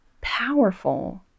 powerful